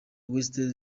west